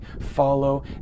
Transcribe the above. follow